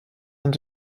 und